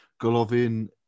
Golovin